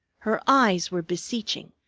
her eyes were beseeching.